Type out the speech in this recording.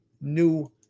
new